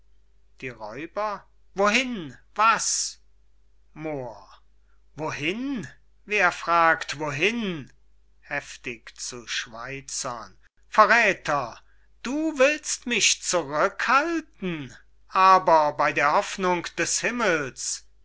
die räuber wohin was moor wohin wer fragt wohin heftig zu schweizern verräther du willst mich zurückhalten aber bey der hoffnung des himmels